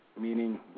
meaning